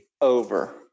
over